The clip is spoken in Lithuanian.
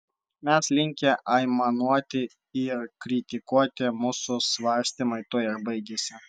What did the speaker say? mes linkę aimanuoti ir kritikuoti mūsų svarstymai tuo ir baigiasi